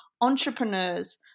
entrepreneurs